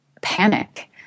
panic